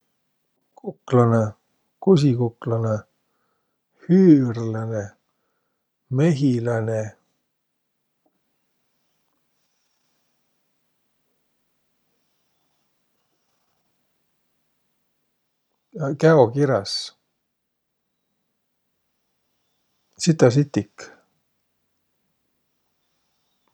Kuklanõ, kusikuklanõ, hüürläne, aa, käokiräs, sitasitik.